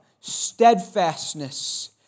steadfastness